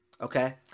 okay